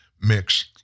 mixed